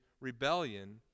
rebellion